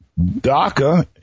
DACA